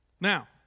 Now